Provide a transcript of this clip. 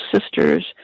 sisters